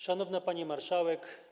Szanowna Pani Marszałek!